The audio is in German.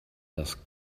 das